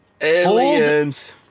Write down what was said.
aliens